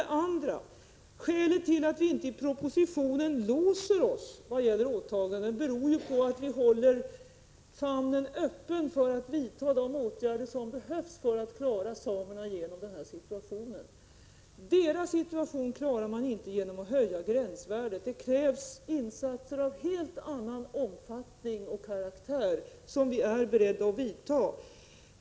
För det andra: Skälet till att vi i propositionen inte låser oss vad gäller åtagandena är att vi vill hålla famnen öppen för att vidta de åtgärder som behövs för att klara samerna igenom krisen. Deras situation klarar man inte genom att höja gränsvärdet. Det kräver insatser av helt annan omfattning och karaktär, som vi är beredda att vidta.